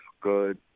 good